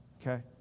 okay